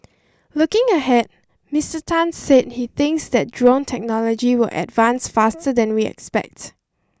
looking ahead Mister Tan said he thinks that drone technology will advance faster than we expect